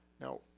Now